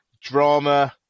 Drama